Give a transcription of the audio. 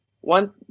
One